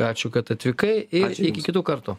ačiū kad atvykai ir iki kitų kartų